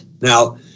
Now